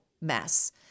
mess